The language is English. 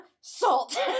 salt